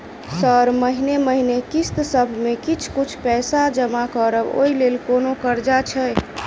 Sir महीने महीने किस्तसभ मे किछ कुछ पैसा जमा करब ओई लेल कोनो कर्जा छैय?